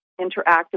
interactive